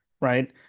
Right